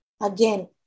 again